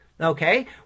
Okay